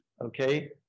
okay